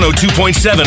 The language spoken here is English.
102.7